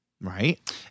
Right